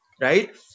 right